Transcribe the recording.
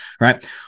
Right